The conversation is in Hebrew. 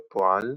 בפועל,